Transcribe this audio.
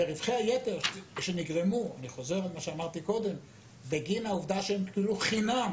ורווחי היתר שנגרמו בגין העובדה שהם קיבלו חינם